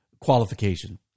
qualification